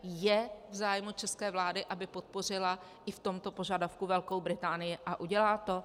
Je v zájmu české vlády, aby podpořila i v tomto požadavku Velkou Británii, a udělá to?